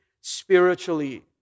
spiritually